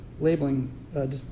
labeling